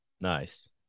Nice